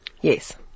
Yes